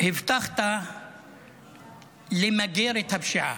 הבטחת למגר את הפשיעה.